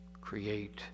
create